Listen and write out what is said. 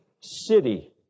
city